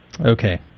Okay